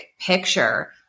picture